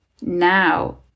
now